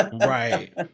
right